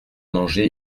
manger